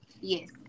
Yes